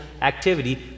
activity